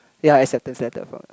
yea acceptance letter for